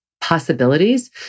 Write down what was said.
possibilities